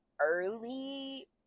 early